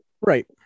right